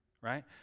right